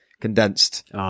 Condensed